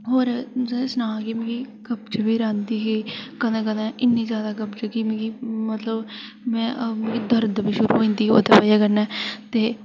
होर तुसें ई सनांऽ केह् मिगी कब्ज़ बी रैहंदी ही कदें कदें इ'न्नी जादा कब्ज़ की मिगी मतलब में मिगी दर्द बी शुरू होई जंदी ही ओह्दी बजह कन्नै ते